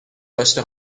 داشته